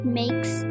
makes